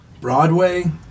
Broadway